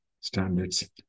standards